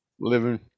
living